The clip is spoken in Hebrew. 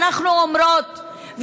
אנחנו אומרות,